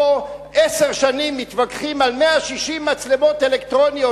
פה עשר שנים מתווכחים על 160 מצלמות אלקטרוניות,